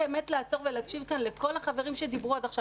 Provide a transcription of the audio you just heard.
צריך לעצור ולהקשיב כאן לכל החברים שדיברו עד עכשיו.